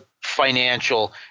financial